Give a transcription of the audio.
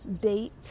date